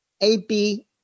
AB